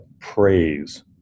praise